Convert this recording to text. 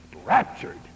raptured